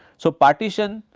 so, partition,